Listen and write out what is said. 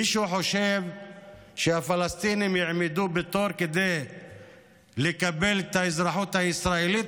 מישהו חושב שהפלסטינים יעמדו בתור כדי לקבל את האזרחות הישראלית,